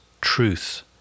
truth